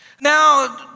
Now